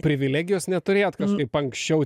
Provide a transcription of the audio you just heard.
privilegijos neturėjot kažkaip anksčiau